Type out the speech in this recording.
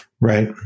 Right